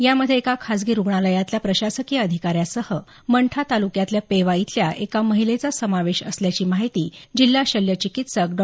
यामध्ये एका खासगी रुग्णालयातल्या प्रशासकीय अधिकाऱ्यासह मंठा तालुक्यातल्या पेवा इथल्या एका महिलेचा समावेश असल्याची माहिती जिल्हा शल्यचिकित्सक डॉ